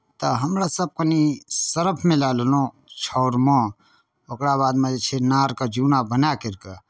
तऽ हमरासभ कनि सरफ मिला लेलहुँ छाउरमे ओकरा बादमे जे छै नाड़के जूना बना करि कऽ